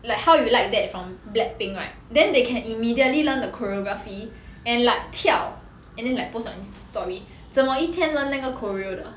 like how you like that from black pink right then they can immediately learn the choreography and like 跳 and then like post on insta story 怎么一天 learn 那个 choreo 的